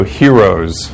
heroes